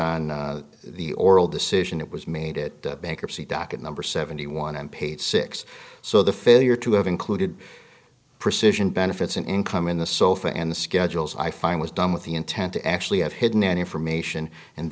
on the oral decision it was made it bankruptcy docket number seventy one dollars and page six so the failure to have included precision benefits in income in the sofa and the schedules i find was done with the intent to actually have hidden information and